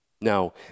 Now